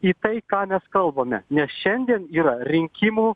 į tai ką mes kalbame nes šiandien yra rinkimų